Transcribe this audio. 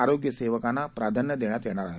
आरोग्यसेवकांना प्राधान्य देण्यात येणार आहे